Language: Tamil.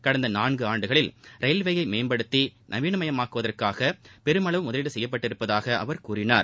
கடந்த நான்கு ஆண்டுகளில் ரயில்வேளய மேம்படுத்தி நவீனமயமாக்குவதற்காக பெருமளவு முதலீடு செய்யப்பட்டிருப்பதாக அவர் கூறினார்